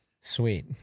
Sweet